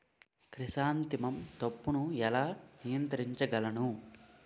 Chrysanthemum తప్పును ఎలా నియంత్రించగలను?